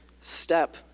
step